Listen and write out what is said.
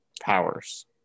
powers